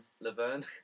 Laverne